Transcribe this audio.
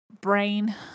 brain